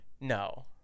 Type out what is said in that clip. No